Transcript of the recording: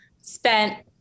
spent-